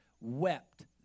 wept